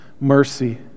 mercy